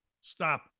Stop